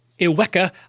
Iweka